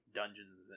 dungeons